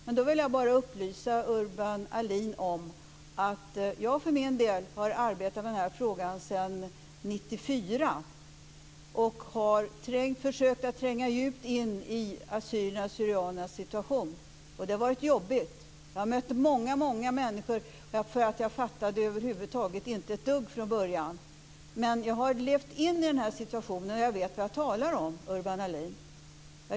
Jag vill bara upplysa Urban Ahlin om att jag för min del har arbetat med den här frågan sedan 1994 och har försökt att tränga djupt in i assyriernas/syrianernas situation. Det har varit jobbigt, och jag har mött många människor. Jag fattade över huvud taget inte ett dugg från början, men jag har levt mig in i deras situation, och jag vet vad jag talar om, Urban Ahlin.